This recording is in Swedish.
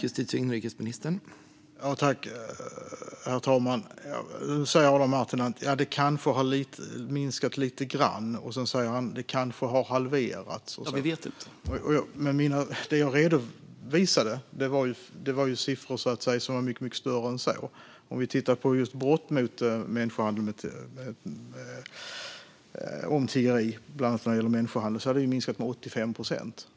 Herr talman! Nu säger Adam Marttinen att det kanske har minskat lite grann. Sedan säger han: Det kanske har halverats. : Vi vet ju inte.) Det jag redovisade var ju siffror som var mycket större än så. Om vi tittar på just brott som gäller människohandel för tiggeri kan vi se att det har minskat med 85 procent.